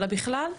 אלא בכלל.